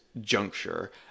juncture